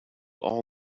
all